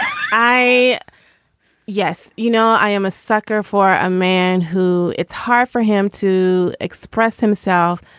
i yes. you know, i am a sucker for a man who it's hard for him to express himself,